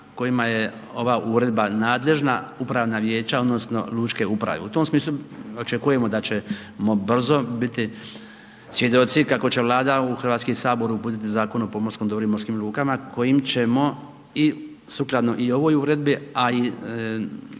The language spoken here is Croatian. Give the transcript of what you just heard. svjedoci kako će Vlada u HS uputiti Zakon o pomorskom dobru i morskim lukama kojim ćemo i sukladno i ovoj uredbi, a i